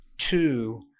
two